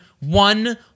one